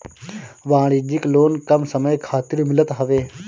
वाणिज्यिक लोन कम समय खातिर मिलत हवे